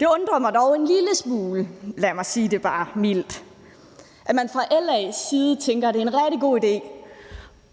Det undrer mig dog en lille smule, for at sige det mildt, at man fra LA's side tænker, at det er en rigtig god idé